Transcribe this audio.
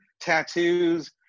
tattoos